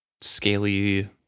scaly